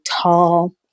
tall